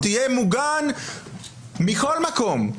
יהיה מוגן מכל מקום.